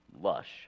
lush